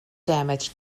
damage